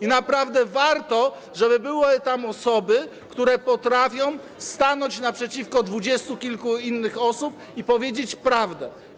I naprawdę warto, żeby były tam osoby, które potrafią stanąć naprzeciwko dwudziestu kilku osób i powiedzieć prawdę.